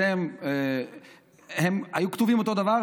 הם היו כתובים אותו דבר,